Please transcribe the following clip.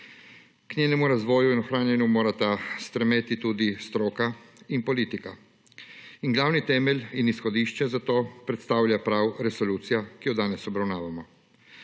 K njenemu razvoju in ohranjanju morata strmeti tudi stroka in politika. In glavni temelj in izhodišče za to predstavlja prav resolucija, ki jo danes obravnavamo.